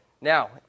Now